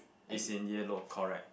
is in yellow correct